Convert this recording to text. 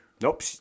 Nope